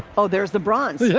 oh, there's the brands. yeah